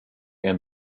and